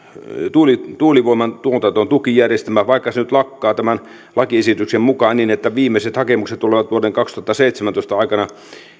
tuulivoiman tuotantotukijärjestelmä nyt lakkaa tämän lakiesityksen mukaan niin että viimeiset hakemukset tulevat vuoden kaksituhattaseitsemäntoista aikana